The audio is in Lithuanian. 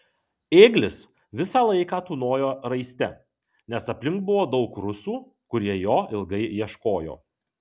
ėglis visą laiką tūnojo raiste nes aplink buvo daug rusų kurie jo ilgai ieškojo